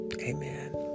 Amen